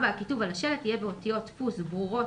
הכיתוב על השלט יהיה באותיות דפוס ברורות